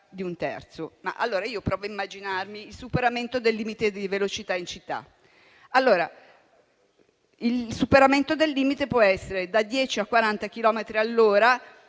di un terzo. Provo a immaginare il superamento del limite di velocità in città. Il superamento del limite può essere da 10 a 40 chilometri